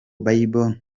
bible